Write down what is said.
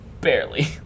barely